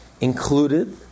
Included